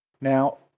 Now